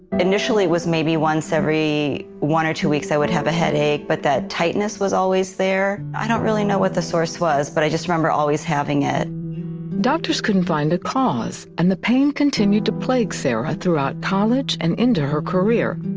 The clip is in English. initially, it was maybe once every one or two weeks i would have a headache, but that tightness was always there. i don't really know what the source was, but i just remember always having it. reporter doctors couldn't find a cause, and the pain continued to plague sarah throughout college and into her career.